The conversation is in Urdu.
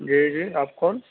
جی جی آپ کون